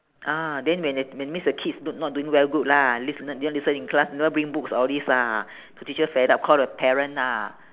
ah then when then when means the kids d~ not doing very good lah that means didn't listen in class never bring books all these lah the teacher fed up call the parent lah